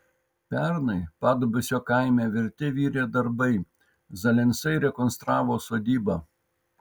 pernai padubysio kaime virte virė darbai zalensai rekonstravo sodybą